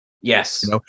Yes